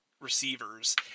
receivers